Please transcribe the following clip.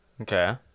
Okay